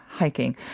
hiking